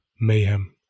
mayhem